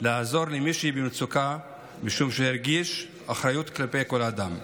לעזור למישהי במצוקה משום שהרגיש אחריות כלפי כל אדם,